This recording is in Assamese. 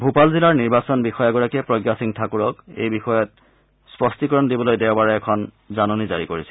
ভূপাল জিলাৰ নিৰ্বাচন বিষয়াগৰাকীয়ে প্ৰজ্ঞা সিং ঠাকুৰক এই বিষয়ত স্পষ্টীকৰণ দিবলৈ দেওবাৰে এখন জাননী জাৰি কৰিছিল